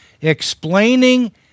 explaining